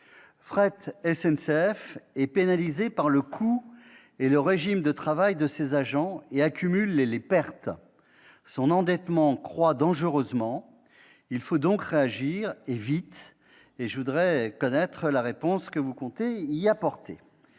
Fret SNCF est pénalisé par le coût et le régime de travail de ses agents, et accumule les pertes. Son endettement croît dangereusement : il faut donc réagir, et vite. Quelle réponse comptez-vous y apporter